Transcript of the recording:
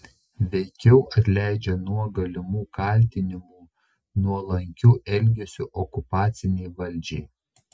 veikiau atleidžia nuo galimų kaltinimų nuolankiu elgesiu okupacinei valdžiai